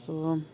ସ